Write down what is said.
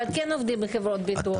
אבל כן עובדים בחברות ביטוח.